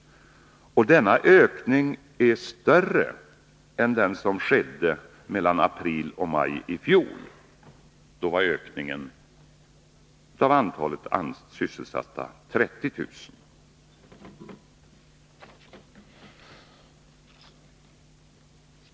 Denna ökning är större än den som skedde mellan april och maj i fjol, då ökningen av antalet sysselsatta var 30 000.